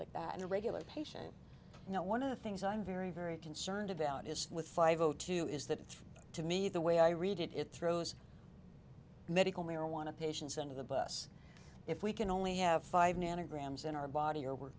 like that in the regular patient you know one of the things i'm very very concerned about is with five o two is that to me the way i read it it throws medical marijuana patients under the bus if we can only have five nanograms in our body or were